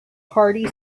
hearty